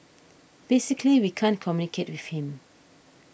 basically we can't communicate with him